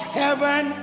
heaven